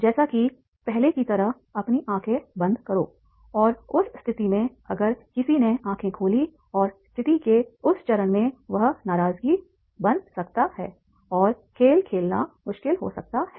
जैसा कि पहले की तरह अपनी आँखें बंद करो और उस स्थिति में अगर किसी ने आंखें खोलीं और स्थिति के उस चरण में वह नाराजगी बना सकता है और खेल खेलना मुश्किल हो सकता है